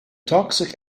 toxic